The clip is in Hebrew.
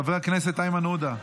חבר הכנסת איימן עודה,